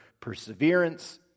Perseverance